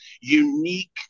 unique